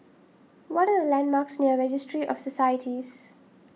what are the landmarks near Registry of Societies